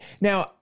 Now